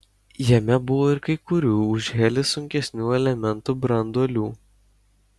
jame buvo ir kai kurių už helį sunkesnių elementų branduolių